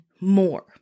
more